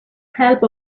help